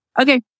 Okay